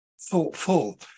thoughtful